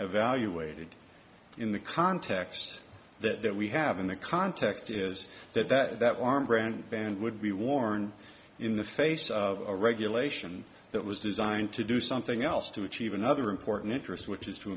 evaluated in the context that we have in the context is that that warm brand band would be worn in the face of a regulation that was designed to do something else to achieve another important interest which is to